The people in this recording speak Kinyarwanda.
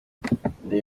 reba